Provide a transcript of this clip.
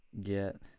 get